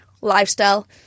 lifestyle